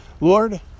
Lord